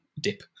dip